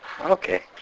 Okay